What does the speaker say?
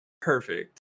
perfect